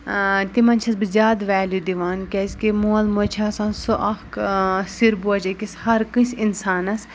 تِمَن چھَس بہٕ زیادٕ ویلیوٗ دِوان کیٛازِکہِ مول موج چھِ آسان سُہ اَکھ سِربوج أکِس ہرکٲنٛسہِ اِنسانَس